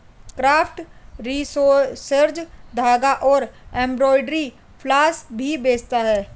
craft resources धागा और embroidery floss भी बेचता है